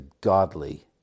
godly